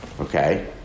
okay